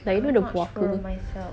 like you know the puaka